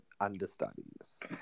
understudies